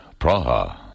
Praha